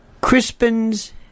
Crispin's